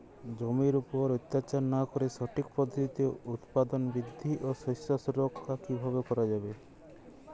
জমির উপর অত্যাচার না করে সঠিক পদ্ধতিতে উৎপাদন বৃদ্ধি ও শস্য সুরক্ষা কীভাবে করা যাবে?